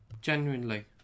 Genuinely